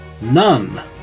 none